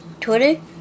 Twitter